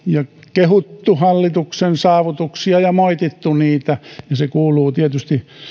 kehuttu hallituksen saavutuksia ja moitittu niitä ja se kuuluu tietysti